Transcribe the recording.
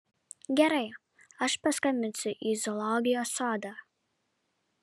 gerai aš paskambinsiu į zoologijos sodą